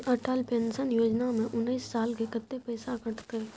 Atal pension योजना में उनैस साल के कत्ते पैसा कटते?